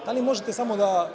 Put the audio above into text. Da li možete samo da